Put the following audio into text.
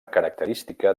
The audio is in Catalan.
característica